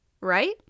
right